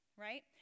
right